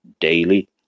daily